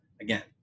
again